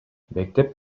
мектеп